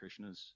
Krishnas